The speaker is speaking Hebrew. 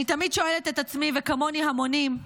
אני תמיד שואלת את עצמי וכמוני המונים,